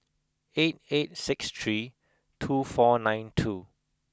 eight eight six three two four nine two